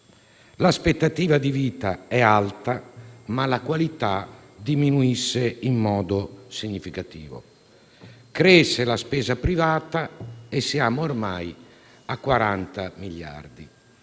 l'aspettativa di vita è alta ma la qualità diminuisce in modo significativo; cresce la spesa privata e siamo ormai a 40 miliardi